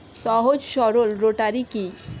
সহজ সরল রোটারি কি?